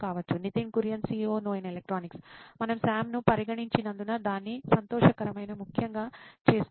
Nitin Kurian COO నోయిన్ electronics మనము సామ్ను పరిగణించినందున దాన్ని సంతోషకరమైన ముఖంగా చేసుకుందాం